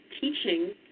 teaching